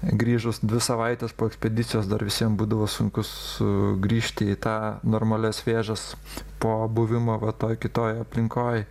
grįžus dvi savaites po ekspedicijos dar visiem būdavo sunku sugrįžti į tą normalias vėžes po buvimo va toj kitoj aplinkoj